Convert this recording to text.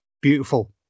beautiful